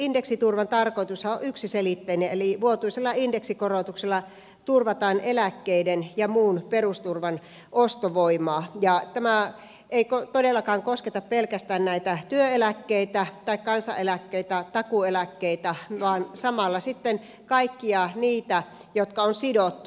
indeksiturvan tarkoitushan on yksiselitteinen eli vuotuisilla indeksikorotuksilla turvataan eläkkeiden ja muun perusturvan ostovoimaa ja tämä ei todellakaan kosketa pelkästään näitä työeläkkeitä tai kansaneläkkeitä takuueläkkeitä vaan samalla sitten kaikkia niitä jotka on sidottu indeksiin